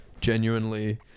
genuinely